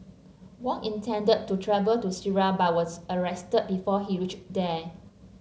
Wang intended to travell to Syria but was arrested before he reached there